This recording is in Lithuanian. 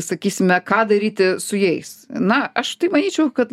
sakysime ką daryti su jais na aš tai manyčiau kad